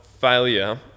failure